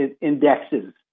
indexes